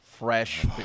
Fresh